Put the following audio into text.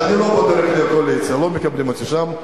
אז אני לא בדרך לקואליציה, לא מקבלים אותי שם.